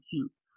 Cute